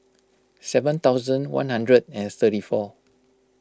seven thousand one hundred and thirty four